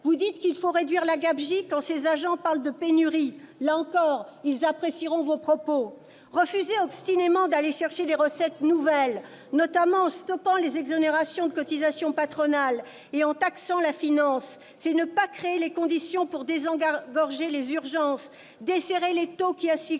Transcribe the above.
Vous dites qu'il faut réduire la « gabegie » quand ces agents parlent de « pénurie ». Là encore, ils apprécieront vos propos ! Refuser obstinément d'aller chercher des recettes nouvelles, notamment en mettant un terme aux exonérations de cotisations patronales et en taxant la finance, c'est ne pas créer les conditions pour désengorger les urgences, ne pas desserrer l'étau asphyxiant